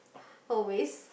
always